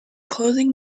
closing